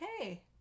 okay